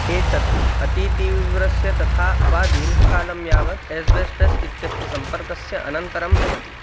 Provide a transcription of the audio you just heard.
एतत् अतितीव्रस्य तथा वा दीर्घकालं यावत् एस्बेस्टस् इत्यस्य सम्पर्कस्य अनन्तरं भवति